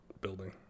building